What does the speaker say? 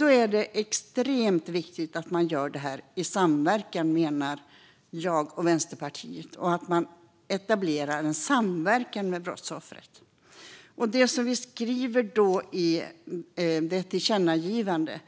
Då är det extremt viktigt, menar jag och Vänsterpartiet, att etablera en samverkan med brottsoffret. Vi skriver i vårt tillkännagivande